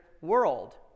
world